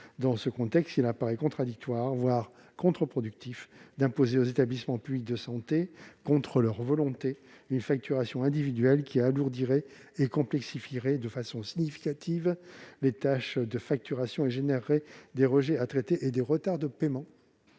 Dans ce contexte, il paraît contradictoire, voire contre-productif, d'imposer aux établissements publics de santé, contre leur volonté, une facturation individuelle qui alourdirait et complexifierait de façon significative les tâches de facturation, et engendrerait des rejets à traiter et des retards de paiement.